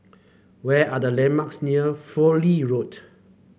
where are the landmarks near Fowlie Road